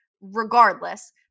regardless